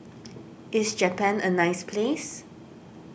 is Japan a nice place